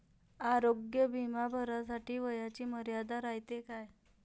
आरोग्य बिमा भरासाठी वयाची मर्यादा रायते काय?